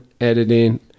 editing